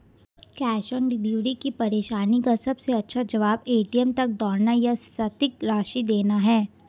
cash on delivery की परेशानी का सबसे अच्छा जवाब, ए.टी.एम तक दौड़ना या सटीक राशि देना है